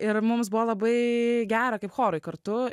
ir mums buvo labai gera kaip chorui kartu